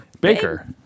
Baker